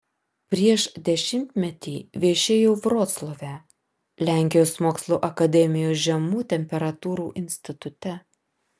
prieš dešimtmetį viešėjau vroclave lenkijos mokslų akademijos žemų temperatūrų institute